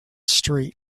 street